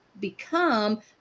become